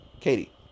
Katie